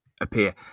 appear